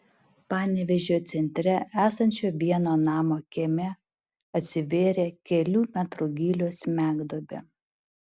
panevėžio centre esančio vieno namo kieme atsivėrė kelių metrų gylio smegduobė